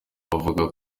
bavuga